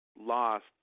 Lost